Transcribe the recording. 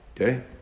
Okay